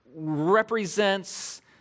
represents